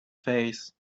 face